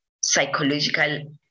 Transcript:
psychological